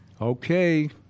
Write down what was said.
Okay